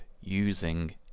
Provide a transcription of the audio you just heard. using